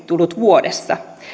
tullut vuodessa